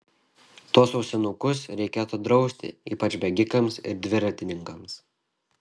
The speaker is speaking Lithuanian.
tuos ausinukus reikėtų drausti ypač bėgikams ir dviratininkams